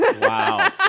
wow